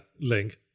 Link